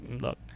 look